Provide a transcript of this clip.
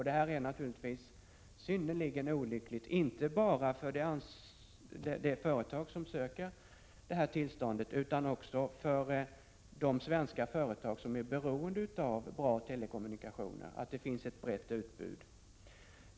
Detta är synnerligen olyckligt, inte bara för det företag som söker tillståndet utan också för de svenska företag som är beroende av bra telekommunikationer och av att det finns ett brett utbud.